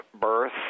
birth